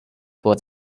for